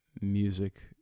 music